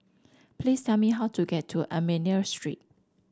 please tell me how to get to Armenian Street